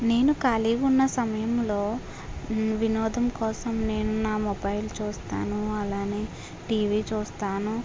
నేను ఖాళీగా ఉన్న సమయంలో వినోదం కోసం నేను నా మొబైల్ చూస్తాను అలాగే టీవీ చూస్తాను